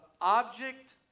object